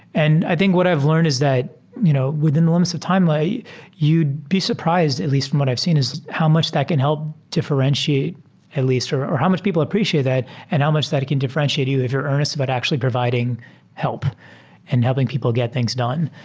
and i think what i've learned is that you know within the lim its of time, you'd be surprised at least from what i've seen is how much that can help differentiate at least, or or how much people appreciate that and how much that can differentiate you. if you're earnest about actually providing help and helping people get things done.